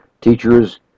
teachers